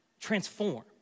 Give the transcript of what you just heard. transform